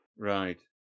Right